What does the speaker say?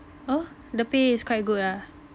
oh the pay is quite good ah